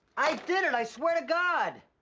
i did it, i swear to god.